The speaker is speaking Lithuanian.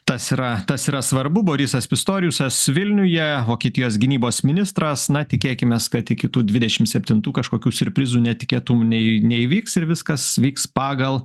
tas yra tas yra svarbu borisas pistorijusas vilniuje vokietijos gynybos ministras na tikėkimės kad iki tų dvidešim septintų kažkokių siurprizų netikėtumų nei neįvyks ir viskas vyks pagal